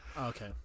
Okay